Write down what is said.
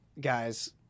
guys